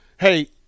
hey